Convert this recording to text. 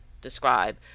describe